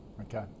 Okay